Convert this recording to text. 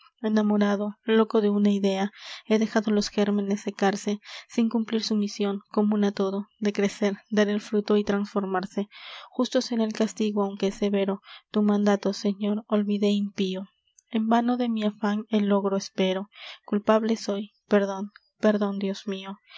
enamorado loco de una idea he dejado los gérmenes secarse sin cumplir su mision comun á todo de crecer dar el fruto y trasformarse justo será el castigo aunque severo tu mandato señor olvidé impío en vano de mi afan el logro espero culpable soy perdon perdon dios mio